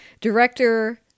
director